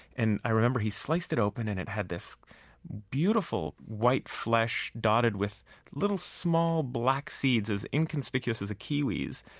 and i remember he sliced it open and it had this beautiful, white flesh dotted with little, small, black seeds as inconspicuous as a kiwi's.